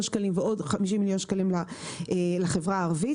שקלים ועוד 50 מיליון שקלים לחברה הערבית.